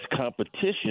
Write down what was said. competition